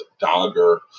Dogger